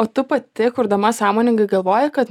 o tu pati kurdama sąmoningai galvoji kad